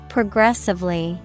Progressively